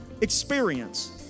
experience